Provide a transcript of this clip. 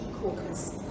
caucus